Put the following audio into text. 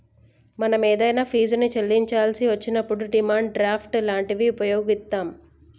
మనం ఏదైనా ఫీజుని చెల్లించాల్సి వచ్చినప్పుడు డిమాండ్ డ్రాఫ్ట్ లాంటివి వుపయోగిత్తాం